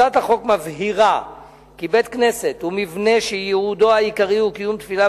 הצעת החוק מבהירה כי בית-כנסת הוא מבנה שייעודו העיקרי הוא קיום תפילה,